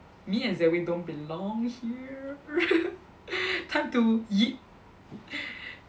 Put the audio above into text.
me and Zen Wee don't belong here time to yeet